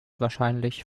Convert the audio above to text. wahrscheinlich